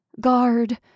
guard